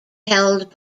held